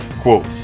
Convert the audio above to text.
Quote